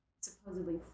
supposedly